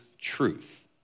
truth